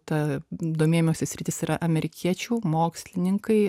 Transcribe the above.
ta domėjimosi sritis yra amerikiečių mokslininkai